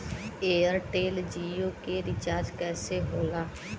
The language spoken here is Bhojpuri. एयरटेल जीओ के रिचार्ज कैसे होला?